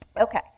okay